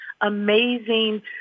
amazing